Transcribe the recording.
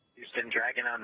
houston dragon ah and